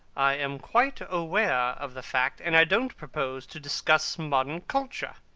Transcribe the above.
i am quite aware of the fact, and i don't propose to discuss modern culture.